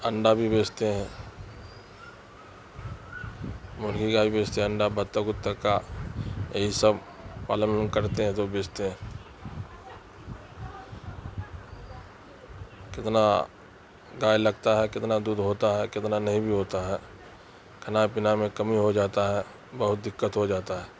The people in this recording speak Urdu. انڈا بھی بیچتے ہیں مرغی کا بھی بیچتے ہیں انڈا بطخ وطخ کا یہی سب پالن اولن کرتے ہیں تو بیچتے ہیں کتنا گائے لگتا ہے کتنا دودھ ہوتا ہے کتنا نہیں بھی ہوتا ہے کھانا پینا میں کمی ہو جاتا ہے بہت دقت ہو جاتا ہے